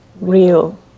real